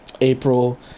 April